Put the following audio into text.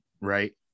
right